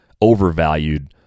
overvalued